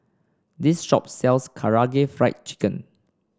this shop sells Karaage Fried Chicken